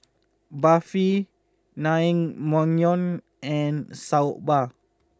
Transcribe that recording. Barfi Naengmyeon and Soba